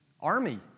army